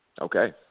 Okay